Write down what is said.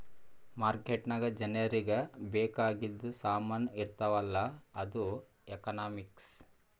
market ನಾಗ್ ಜನರಿಗ ಬೇಕ್ ಆಗಿದು ಸಾಮಾನ್ ಇರ್ತಾವ ಅಲ್ಲ ಅದು ಎಕನಾಮಿಕ್ಸ್